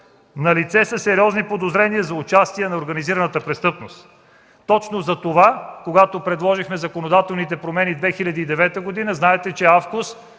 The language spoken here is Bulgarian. Налице са сериозни подозрения за участия на организираната престъпност.” Когато предложихме законодателните промени през 2009 г., знаете, че АФКОС